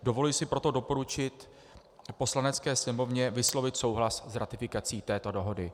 Dovoluji si proto doporučit Poslanecké sněmovně vyslovit souhlas s ratifikací této dohody.